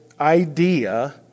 idea